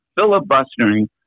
filibustering